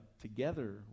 together